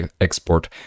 export